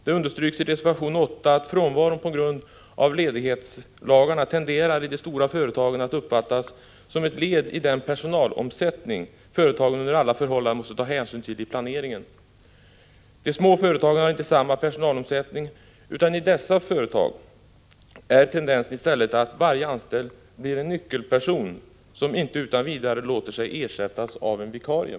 Det understryks i reservation 8 att man i de stora företagen tenderar att uppfatta frånvaron på grund av ledighetslagarna som ett led i den personalomsättning företagen under alla förhållanden måste ta hänsyn till i planeringen. De små företagen har inte samma personalomsättning, utan i dessa företag är tendensen i stället att varje anställd blir en nyckelperson, som inte utan vidare låter sig ersättas av en vikarie.